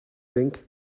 link